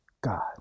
God